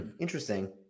Interesting